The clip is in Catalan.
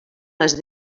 les